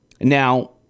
Now